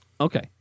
okay